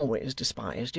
i have always despised you,